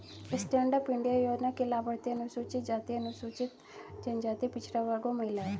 stand up India योजना के लाभार्थी अनुसूचित जाति, अनुसूचित जनजाति, पिछड़ा वर्ग और महिला है